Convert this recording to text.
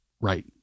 right